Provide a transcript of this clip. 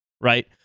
right